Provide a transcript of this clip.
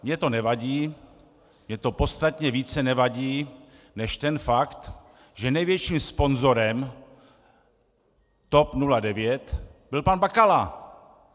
Mně to nevadí, mně to podstatně více nevadí než ten fakt, že největším sponzorem TOP 09 byl pan Bakala!